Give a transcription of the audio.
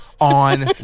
on